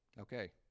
Okay